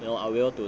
you know I will do